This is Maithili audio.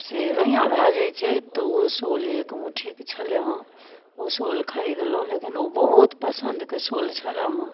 से रोइयाँ भऽ जाइ छै तऽ ओ शॉल एक मुठ्ठीके छलै हँ ओ शॉल खरीदलहुँ लेकिन ओ बहुत पसन्दके शॉल छलऽ हँ